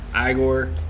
Igor